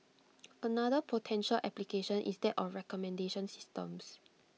another potential application is that of recommendation systems